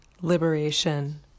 liberation